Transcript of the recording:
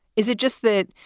is it just that,